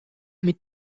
mit